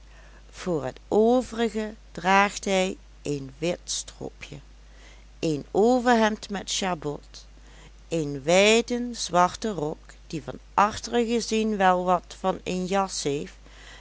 voor het overige draagt hij een wit stropje een overhemd met jabot een wijden zwarten rok die van achteren gezien wel wat van een jas heeft